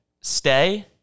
stay